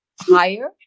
higher